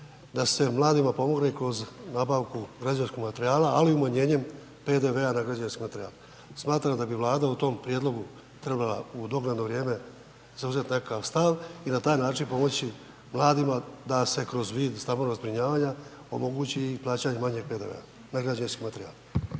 da se mladima pomogne kroz nabavku građevinskog materijala, ali umanjenjem PDV-a na građevinski materijal. Smatram da bi Vlada u tom prijedlogu trebala u dobrano vrijeme zauzeti nekakav stav i na taj način pomoći mladima da se kroz vid stambenog zbrinjavanja omogući i plaćanje manjeg PDV-a na građevinski materijal.